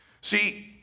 See